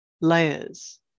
layers